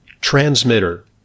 transmitter